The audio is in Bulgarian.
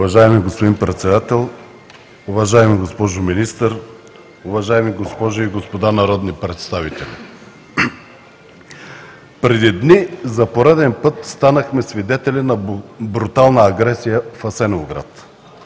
Уважаеми господин Председател, уважаема госпожо Министър, уважаеми госпожи и господа народни представители! Преди дни за пореден път станахме свидетели на брутална агресия в Асеновград,